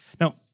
Now